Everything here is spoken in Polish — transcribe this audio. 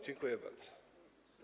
Dziękuję bardzo.